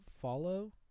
follow